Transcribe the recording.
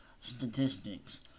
statistics